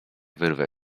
wyrwę